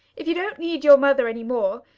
if you don't need your mother any more,